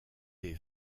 des